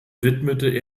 widmete